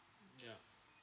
yup